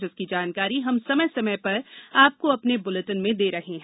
जिसकी जानकारी हम समय समय पर आपको अपने बुलेटिन में दे रहे हैं